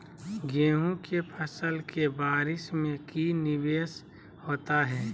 गेंहू के फ़सल के बारिस में की निवेस होता है?